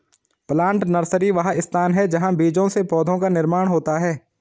plant nursery वह स्थान है जहां बीजों से पौधों का निर्माण होता है